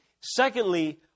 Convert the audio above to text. secondly